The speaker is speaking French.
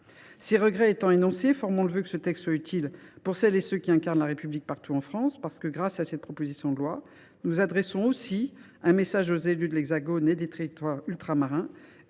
Ces regrets étant énoncés, formons le vœu que ce texte soit utile pour celles et ceux qui incarnent la République partout en France. Grâce à cette proposition de loi, nous adressons un message aux élus de l’Hexagone et des territoires ultramarins,